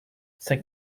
cinq